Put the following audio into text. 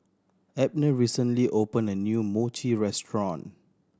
Abner recently opened a new Mochi restaurant